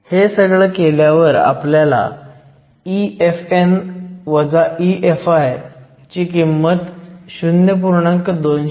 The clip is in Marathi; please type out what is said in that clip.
हे सगळं केल्यावर आपल्याला EFn EFi ची किंमत 0